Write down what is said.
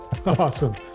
Awesome